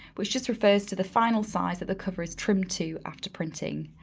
which just refers to the final size that the cover is trimmed to after printing.